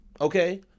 Okay